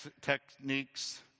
techniques